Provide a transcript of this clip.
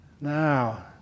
Now